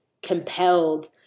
compelled